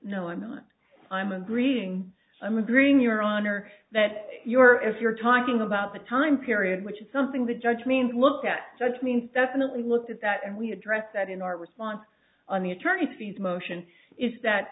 no i'm not i'm agreeing i'm agreeing your honor that you are if you're talking about the time period which is something the judge means look at such means doesn't look at that and we addressed that in our response on the attorney's fees motion is that